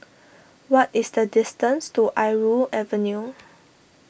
what is the distance to Irau Avenue